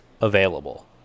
available